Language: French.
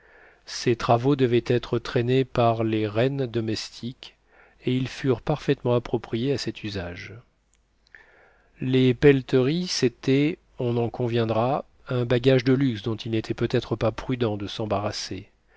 ces travaux devaient être traînés par les rennes domestiques et ils furent parfaitement appropriés à cet usage les pelleteries c'était on en conviendra un bagage de luxe dont il n'était peut-être pas prudent de s'embarrasser